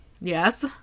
Yes